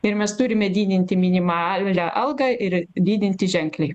ir mes turime didinti minimalią algą ir didinti ženkliai